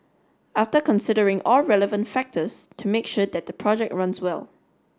after considering all relevant factors to make sure that the project runs well